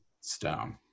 stone